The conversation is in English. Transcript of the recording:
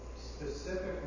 specifically